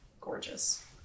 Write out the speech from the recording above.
gorgeous